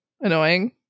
annoying